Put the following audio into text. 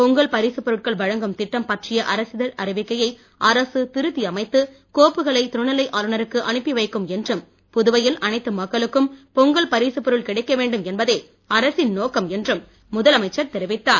பொங்கல் பரிசுப்பொருள் வழங்கும் திட்டம் பற்றிய அரசிதழ் அறிவிக்கையை அரசு திருத்தி அமைத்து கோப்புக்களை துணைநிலை ஆளுனருக்கு அனுப்பிவைக்கும் என்றும் புதுவையில் அனைத்து மக்களக்கும் பொங்கல் பரிசுப்பொருள் கிடைக்கவேண்டும் என்பதே அரசின் நோக்கம் என்றும் முதலமைச்சர் தெரிவித்தார்